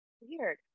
Weird